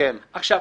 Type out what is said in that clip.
עכשיו,